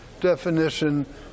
definition